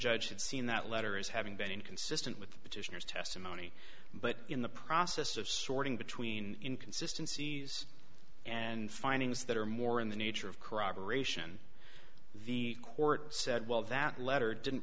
judge had seen that letter as having been inconsistent with the petitioners testimony but in the process of sorting between inconsistency and findings that are more in the nature of corroboration the court said well that letter didn't